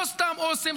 לא סתם אוסם,